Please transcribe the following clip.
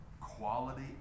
quality